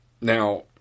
Now